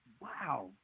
Wow